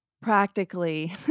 practically